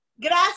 gracias